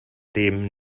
dem